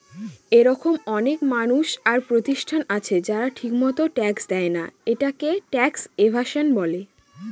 এরকম অনেক মানুষ আর প্রতিষ্ঠান আছে যারা ঠিকমত ট্যাক্স দেয়না, এটাকে ট্যাক্স এভাসন বলে